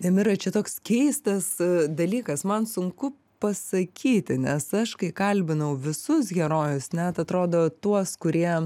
nemira čia toks keistas dalykas man sunku pasakyti nes aš kai kalbinau visus herojus net atrodo tuos kurie